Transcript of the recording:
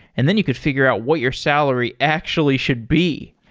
and then you could figure out what your salary actually should be.